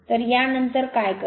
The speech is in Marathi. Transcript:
तर यानंतर काय करेल